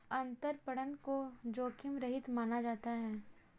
अंतरपणन को जोखिम रहित माना जाता है